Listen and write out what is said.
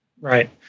Right